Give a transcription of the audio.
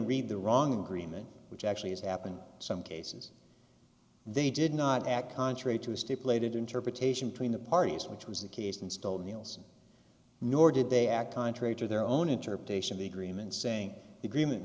read the wrong agreement which actually has happened in some cases they did not act contrary to a stipulated interpretation between the parties which was the case in stone nielsen nor did they act contrary to their own interpretation of the agreement saying agreement